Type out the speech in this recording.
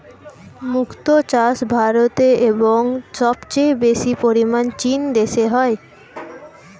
মুক্ত চাষ ভারতে এবং সবচেয়ে বেশি পরিমাণ চীন দেশে হয়